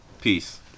Peace